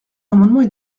amendements